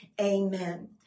amen